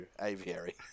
aviary